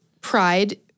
pride